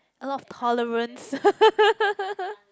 a lot of tolerance